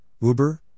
Uber